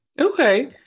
Okay